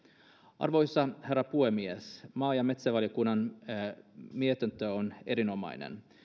arvoisa herra puhemies maa ja metsätalousvaliokunnan mietintö on erinomainen